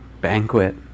banquet